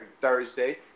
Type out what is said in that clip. Thursday